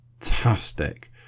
Fantastic